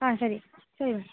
ಹಾಂ ಸರಿ ಸರಿ